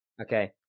Okay